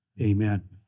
Amen